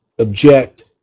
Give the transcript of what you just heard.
object